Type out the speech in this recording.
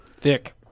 Thick